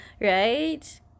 Right